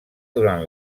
durant